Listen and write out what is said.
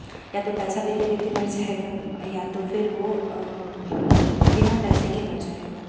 या तो पैसा देते देते मर जाएगा या तो फिर वो बिना पैसे के मर जाएगा